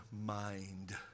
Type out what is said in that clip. mind